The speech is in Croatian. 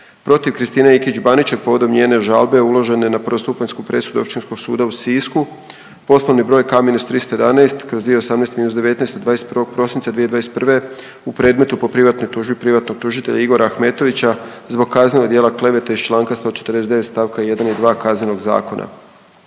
protiv Kristine Ikić Baniček povodom njene žalbe uložene na prvostupanjsku presudu Općinskog suda u Sisku poslovni broj K-311/2018-19 od 21. prosinca 2021. u predmetu po privatnoj tužbi, privatnog tužitelja Igora Ahmetovića zbog kaznenog djela klevete iz čl. 149. st. 1. i 2. Kaznenoga zakona.